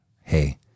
hey